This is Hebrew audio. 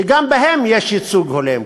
שגם בהם יהיה ייצוג הולם.